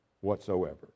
whatsoever